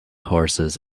horses